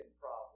problem